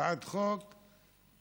הצעת חוק עשר.